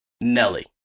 Nelly